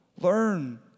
Learn